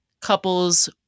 couples